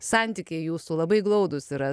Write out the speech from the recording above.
santykiai jūsų labai glaudūs yra